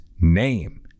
name